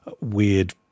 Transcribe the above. weird